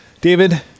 David